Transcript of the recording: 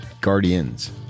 Guardians